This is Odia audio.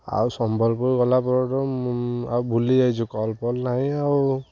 ଆଉ ସମ୍ବଲପୁର ଗଲାପର ଠୁ ଆଉ ଭୁଲି ଯାଇଛୁ କଲ୍ ଫଲ୍ ନାହିଁ ଆଉ